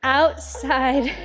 outside